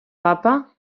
papa